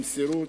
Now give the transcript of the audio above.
במסירות,